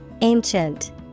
Ancient